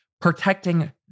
protecting